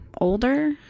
Older